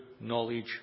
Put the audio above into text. knowledge